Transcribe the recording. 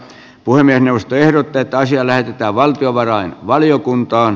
puhemiesneuvosto ehdottaa että asia lähetetään valtiovarainvaliokuntaan